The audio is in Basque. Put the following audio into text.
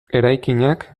eraikinak